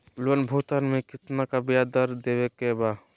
Loan भुगतान में कितना का ब्याज दर देवें के बा?